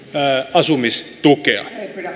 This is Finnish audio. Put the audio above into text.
asumistukea